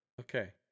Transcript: Okay